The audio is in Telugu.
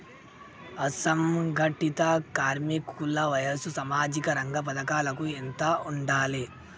అసంఘటిత కార్మికుల వయసు సామాజిక రంగ పథకాలకు ఎంత ఉండాలే?